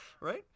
right